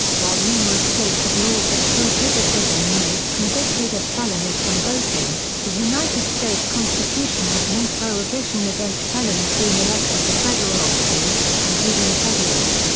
while numerous states have laws that prohibit prison inmates convicted of felonies from voting, the united states constitution has no prohibition against felons being elected to federal offices including president.